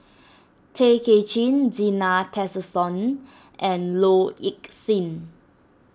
Tay Kay Chin Zena Tessensohn and Low Ing Sing